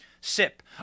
sip